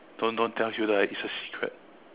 don't don't tell you lah it's a secret